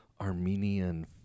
Armenian